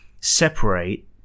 separate